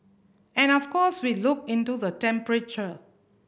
and of course we look into the temperature